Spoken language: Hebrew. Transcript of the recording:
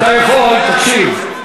אתה יכול, תקשיב: